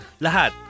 lahat